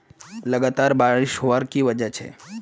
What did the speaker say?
लगातार बारिश होबार की वजह छे?